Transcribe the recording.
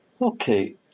Okay